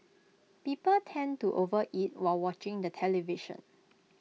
people tend to overeat while watching the television